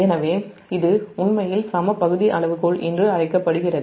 எனவே இது உண்மையில் சம பகுதி அளவுகோல் என்று அழைக்கப்படுகிறது